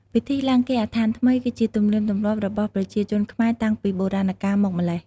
ពិធីឡើងគេហដ្ឋានថ្មី គឺជាទំនៀមទម្លាប់របស់ប្រជាជនខ្មែរតាំងពីបុរាណកាលមកម្ល៉េះ។